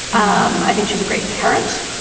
um i think she's a great parent.